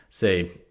say